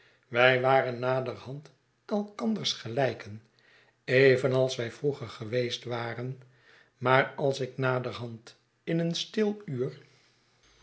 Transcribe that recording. wij waren naderhand elkanders gelijken evenals wij vroeger geweest waren maar als ik naderhand in een stil